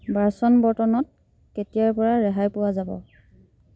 বাচন বৰ্তনত কেতিয়াৰপৰা ৰেহাই পোৱা যাব